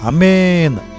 Amen